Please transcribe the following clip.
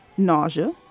Nausea